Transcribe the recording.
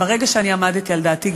וברגע שאני עמדתי על דעתי,